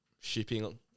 shipping